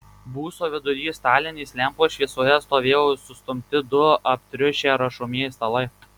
būsto vidury stalinės lempos šviesoje stovėjo sustumti du aptriušę rašomieji stalai